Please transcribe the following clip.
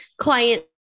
client